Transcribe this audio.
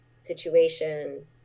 situation